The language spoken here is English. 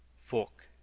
fork,